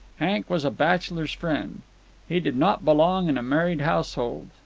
hank was a bachelor's friend he did not belong in a married household.